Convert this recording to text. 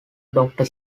doctor